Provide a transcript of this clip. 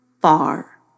far